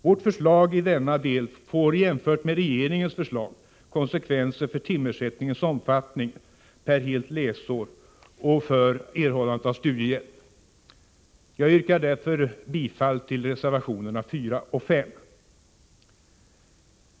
Vårt förslag i denna del får jämfört med regeringens förslag konsekvenser för timersättningens omfattning per helt läsår och för möjligheterna att erhålla studiehjälp. Jag yrkar därför bifall till reservationerna 4 och 5.